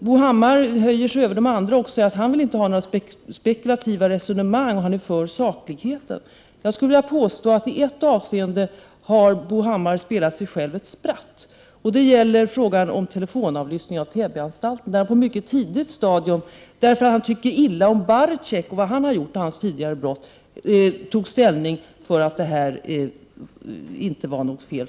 Bo Hammar höjer sig över oss andra och säger att han inte vill ha några spekulativa resonemang utan är för saklighet. Jag skulle vilja påstå att i ett avseende har Bo Hammar spelat sig själv ett spratt. Det gäller frågan om telefonavlyssning av Täbyanstalten, där han på ett mycket tidigt stadium — därför att han tycker illa om Baresic och dennes tidigare brott — tog ställning för att regeringen inte hade gjort något fel.